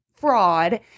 fraud